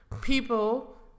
people